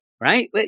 right